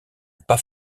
pas